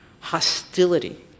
hostility